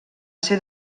ser